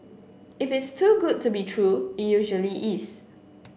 if it's too good to be true it usually is